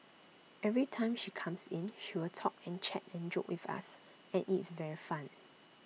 every time she comes in she will talk and chat and joke with us and IT is very fun